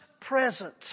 presence